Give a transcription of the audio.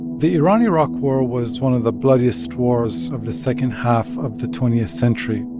the iran-iraq war was one of the bloodiest wars of the second half of the twentieth century.